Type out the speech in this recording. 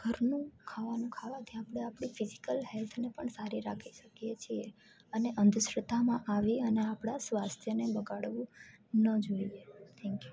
ઘરનું ખાવાનું ખાવાથી આપણે આપણી ફિઝિકલ હેલ્થને પણ સારી રાખી શકીએ છીએ અને અંધશ્રદ્ધામાં આવી અને આપણા સ્વાસ્થ્યને બગાડવું ન જોઈએ થેન્ક યુ